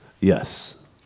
Yes